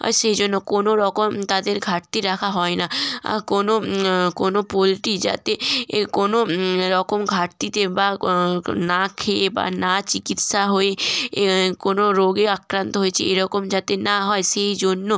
আর সেই জন্য কোনো রকম তাদের ঘাটতি রাখা হয় না কোনো কোনো পোলট্রি যাতে কোনো রকম ঘাটতিতে বা না খেয়ে বা না চিকিৎসা হয়ে কোনো রোগে আক্রান্ত হয়েছে এরকম যাতে না হয় সেই জন্য